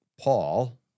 Paul